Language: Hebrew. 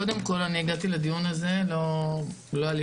קודם כל אני הגעתי לדיון הזה ולא היה לי